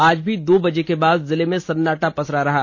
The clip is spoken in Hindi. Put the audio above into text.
आज भी दो बजे के बाद जिलें मे सन्नाटा पसरा रहा